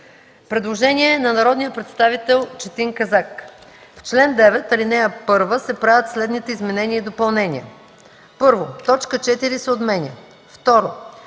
Предложение на народния представител Четин Казак: „В чл. 9, ал. 1 се правят следните изменения и допълнения: 1. Точка 4 се отменя. 2.